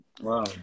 Wow